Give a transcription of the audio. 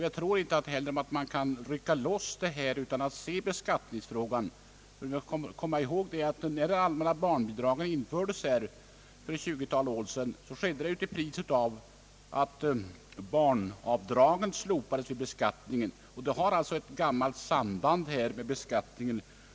Jag tror inte att man kan rycka loss denna fråga, utan man bör komma ihåg att när de allmänna barnbidragen infördes för ett tjugutal år sedan skedde det till priset av att barnavdragen slopades i beskattningen. Det finns alltså ett samband i beskattningshänseende.